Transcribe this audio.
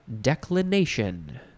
declination